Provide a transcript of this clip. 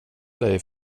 dig